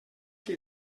que